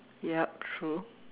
yup true